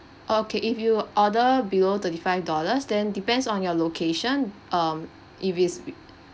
okay if you order below thirty five dollars then depends on your location um if it's wi~